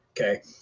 Okay